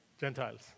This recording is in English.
Gentiles